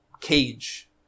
cage